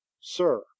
sir